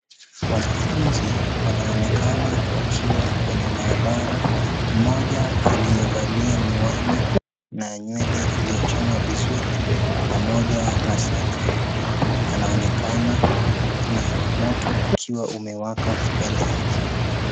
Wanafunzi wanaonekana wakiwa kwenye maabara mmoja aliyevalia miwani na nywele iliyochanwa vizuri pamoja na sare nyeupe anaonekana na moto ukiwa umewaka mbele yake.